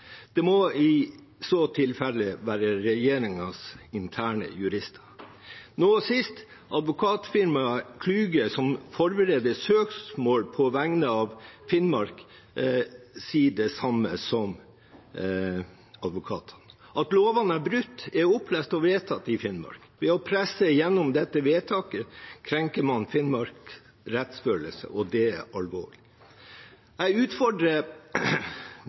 Det må i så tilfelle være regjeringens interne jurister. Nå sist var det advokatfirmaet Kluge, som forbereder søksmål på vegne av Finnmark, som sier det samme som advokatene. At lovene er brutt, er opplest og vedtatt i Finnmark. Ved å presse gjennom dette vedtaket krenker man Finnmarks rettsfølelse, og det er alvorlig. Jeg utfordrer